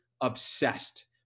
obsessed